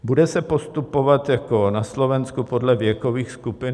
Bude se postupovat jako na Slovensku podle věkových skupin?